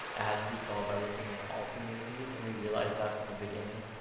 it has to be solved by working in all communities, and we realized that from that beginning.